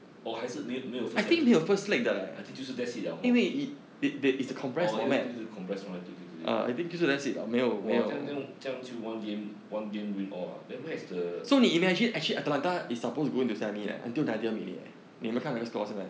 oh 还是没没有 first league 还是 I think 就是 that's it liao hor orh 因为就是 compress format 对对对对对 !wah! 这样这样这样就 one game one game win all ah then where's the